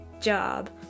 job